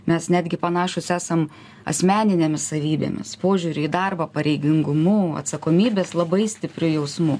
mes netgi panašūs esam asmeninėmis savybėmis požiūriu į darbą pareigingumu atsakomybės labai stipriu jausmu